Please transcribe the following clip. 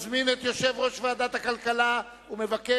ליישום התוכנית הכלכלית לשנים 2009 ו-2010),